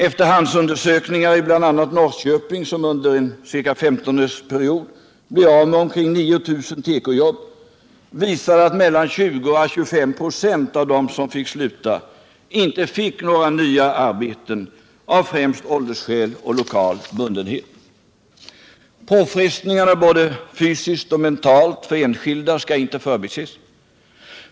Efterhandsundersökningar i bl.a. Norrköping, som under en period av ca 15 år blev av med omkring 9 000 tekojobb, visade att mellan 20 och 25 96 av dem som fick sluta inte fick några nya arbeten, främst av åldersskäl och lokal bundenhet. Påfrestningarna både fysiskt och mentalt på enskilda skall inte förbises.